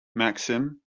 maxim